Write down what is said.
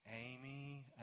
Amy